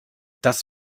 das